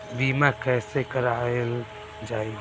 बीमा कैसे कराएल जाइ?